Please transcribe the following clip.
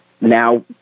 now